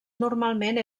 normalment